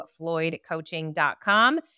floydcoaching.com